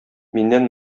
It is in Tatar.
миннән